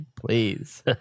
please